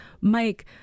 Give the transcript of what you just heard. Mike